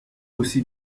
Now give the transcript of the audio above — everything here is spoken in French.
aussi